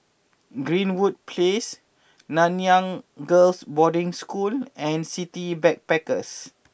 Greenwood Place Nanyang Girls' Boarding School and City Backpackers